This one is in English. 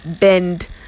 bend